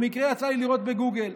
במקרה יצא לי לראות בגוגל: